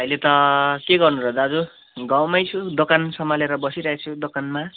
अहिले त के गर्नु र दाजु गाउँमै छु दोकान सम्हालेर बसिरहेको छु दोकानमा